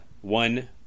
one